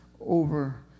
over